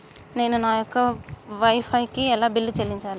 నేను నా యొక్క వై ఫై కి ఎలా బిల్లు చెల్లించాలి?